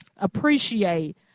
appreciate